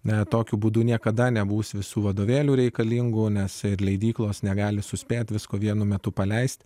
ne tokiu būdu niekada nebus visų vadovėlių reikalingų nes ir leidyklos negali suspėti visko vienu metu paleisti